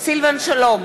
סילבן שלום,